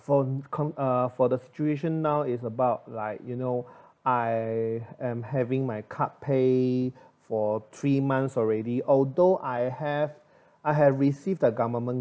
for co~ uh for the situation now is about like you know I I'm having my cut pay for three months already although I have I have received the government